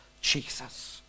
Jesus